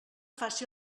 faci